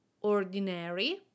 ordinary